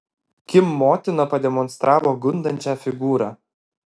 kim motina pademonstravo gundančią figūrą